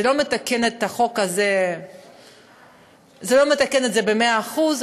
זה לא מתקן את החוק הזה במאה אחוז,